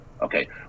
Okay